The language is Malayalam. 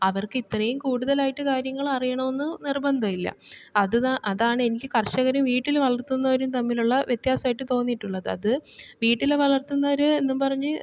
അവർക്ക് ഇത്രയും കൂടുതലായിട്ട് കാര്യങ്ങൾ അറിയണം എന്ന് നിർബന്ധമില്ല അത് അതാണ് എനിക്ക് കർഷകരും വീട്ടിൽ വളർത്തുന്നവരും തമ്മിലുള്ള വ്യത്യാസമായിട്ട് തോന്നിയിട്ടുള്ളത് അത് വീട്ടിൽ വളർത്തുന്നവർ എന്നും പറഞ്ഞ്